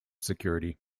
security